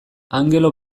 angelo